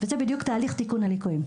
וזה בדיוק תהליך תיקון הליקויים,